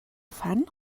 fan